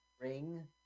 ring